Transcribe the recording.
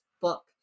book